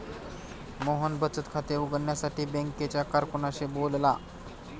मोहन बचत खाते उघडण्यासाठी बँकेच्या कारकुनाशी बोलला